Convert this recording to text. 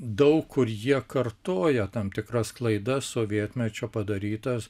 daug kur jie kartoja tam tikras klaidas sovietmečio padarytas